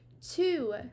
Two